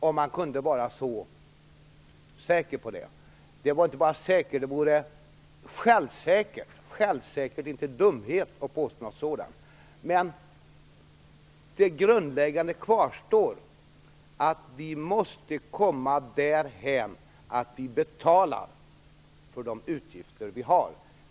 Man skulle inte bara vara säker utan man skulle t.o.m. vara självsäker intill dumhet om man påstod något sådant. Det grundläggande kvarstår dock. Vi måste komma dithän att vi betalar för de utgifter vi har.